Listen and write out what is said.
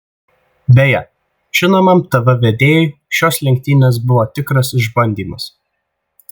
beje žinomam tv vedėjui šios lenktynės buvo tikras išbandymas